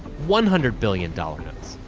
one hundred billion dollar notes.